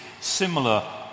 similar